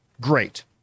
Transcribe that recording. Great